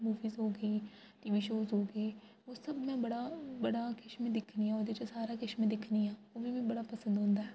movies हो गेई जि'यां शोज़ हो गे ओह् सब में बड़ा बड़ा किश दिक्खनी आं ओह्दे च सारा किश दिक्खनी आं ओह् मिगी बड़ा पसंद औंदा ऐ